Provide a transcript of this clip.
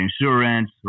insurance